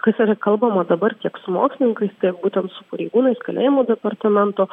kas yra kalbama dabar tiek su mokslininkais tiek būtent su pareigūnais kalėjimų departamentu